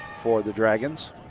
for the dragons.